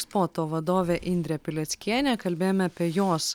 spoto vadovė indrė pileckienė kalbėjome apie jos